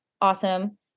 awesome